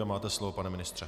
Máte slovo, pane ministře.